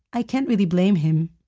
i can't really blame him.